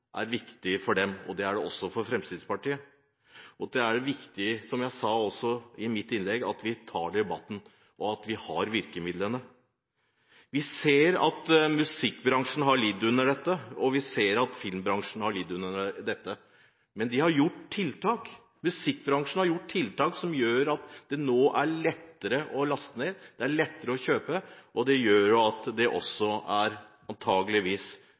for dem, og det er det også for Fremskrittspartiet. Og det er viktig, som jeg også sa i mitt innlegg, at vi tar debatten, og at vi har virkemidlene. Vi ser at musikkbransjen har lidd under dette, og vi ser at filmbransjen har lidd under det. Men de har gjort tiltak. Musikkbransjen har gjort tiltak som gjør at det nå er lettere å laste ned, lettere å kjøpe, og det gjør jo at det også – antakeligvis – er